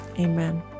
Amen